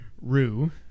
Rue